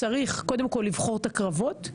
צריך קודם כל לבחור את הקרבות,